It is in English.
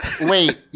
wait